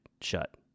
shut